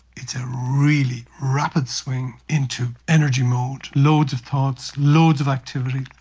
it's a really rapid swing into energy mode. loads of thoughts, loads of activity,